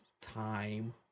time